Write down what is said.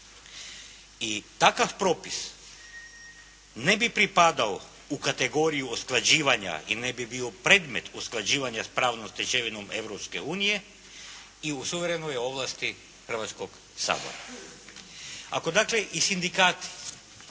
I takav propis ne bi pripadao u kategoriju usklađivanja i ne bi bio predmet usklađivanja s pravnom stečevinom Europske unije i u suverenoj je ovlasti Hrvatskoga sabora.